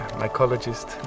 mycologist